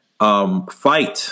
Fight